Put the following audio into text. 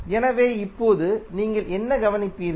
எனவே இப்போது நீங்கள் என்ன கவனிப்பீர்கள்